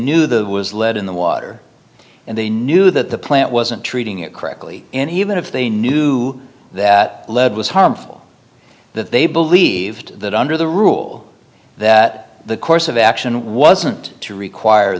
knew the was lead in the water and they knew that the plant wasn't treating it correctly and even if they knew that lead was harmful that they believed that under the rule that the course of action wasn't to require